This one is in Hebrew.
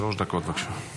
שלוש דקות, בבקשה.